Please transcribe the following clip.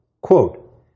Quote